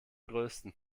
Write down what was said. größten